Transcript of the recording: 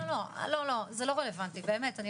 לא, לא, זה לא רלוונטי, באמת.